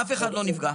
אף אחד לא נפגע.